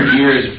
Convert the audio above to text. years